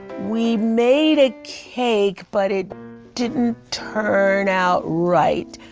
we made a cake, but it didn't turn out right.